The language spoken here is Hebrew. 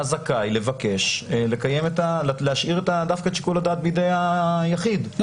זכאי להשאיר את שיקול הדעת בידי היחיד,